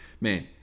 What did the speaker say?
man